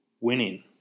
winning